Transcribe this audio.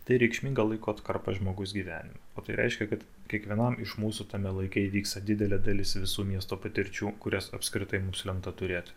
tai reikšminga laiko atkarpa žmogus gyvenime o tai reiškia kad kiekvienam iš mūsų tame laike įvyksta didelė dalis visų miesto patirčių kurias apskritai mums lemta turėti